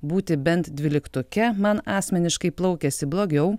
būti bent dvyliktuke man asmeniškai plaukėsi blogiau